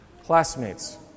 Classmates